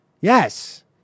Yes